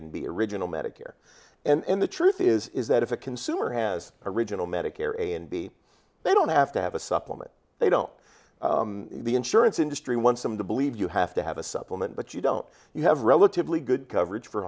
and be original medicare and the truth is is that if a consumer has original medicare a and b they don't have to have a supplement they don't the insurance industry wants them to believe you have to have a supplement but you don't you have relatively good coverage for